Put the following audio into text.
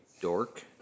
dork